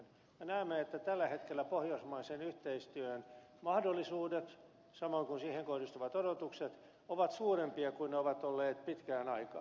me näemme että tällä hetkellä pohjoismaiseen yhteistyön mahdollisuudet samoin kuin siihen kohdistuvat odotukset ovat suurempia kuin ne ovat olleet pitkään aikaan